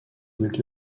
hielt